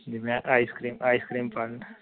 ਜਿਵੇ ice cream ice cream parlour